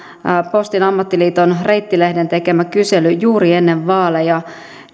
postin ammattiliiton reitti lehden tekemästä kyselystä juuri ennen vaaleja